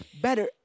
better